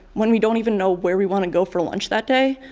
when we don't even know where we want to go for lunch that day.